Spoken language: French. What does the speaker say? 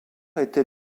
était